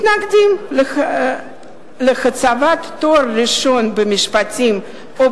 מתנגדות להצבת תואר ראשון במשפטים או